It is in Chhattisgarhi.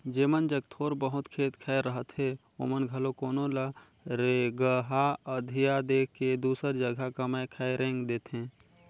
जेमन जग थोर बहुत खेत खाएर रहथे ओमन घलो कोनो ल रेगहा अधिया दे के दूसर जगहा कमाए खाए रेंग देथे